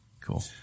Cool